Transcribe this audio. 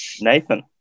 Nathan